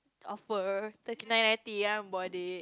offer thirty nine ninety I bought it